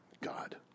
God